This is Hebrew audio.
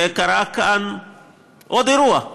וקרה כאן עוד אירוע,